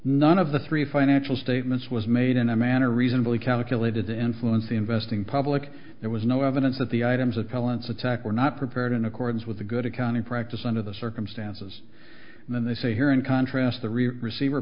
none of the three financial statements was made in a manner reasonably calculated to influence the investing public there was no evidence that the items appellants attack were not prepared in accordance with the good accounting practice under the circumstances and then they say here in contrast the receiver